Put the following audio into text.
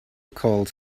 calls